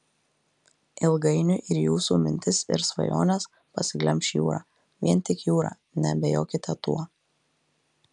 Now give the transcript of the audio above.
ilgainiui ir jūsų mintis ir svajones pasiglemš jūra vien tik jūra neabejokite tuo